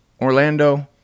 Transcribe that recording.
Orlando